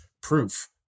proof